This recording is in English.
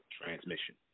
transmission